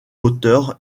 moteur